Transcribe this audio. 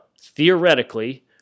theoretically